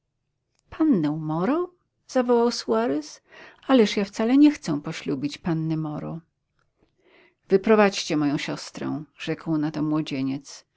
pannę moro zawołał suarez ależ ja wcale nie chcę poślubić panny moro wyprowadźcie moją siostrę rzekł na to młodzieniec